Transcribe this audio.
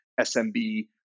SMB